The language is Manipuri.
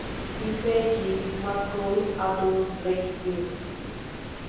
ꯏꯁꯩꯒꯤ ꯃꯈꯣꯜ ꯑꯗꯨ ꯂꯩꯈꯠꯂꯨ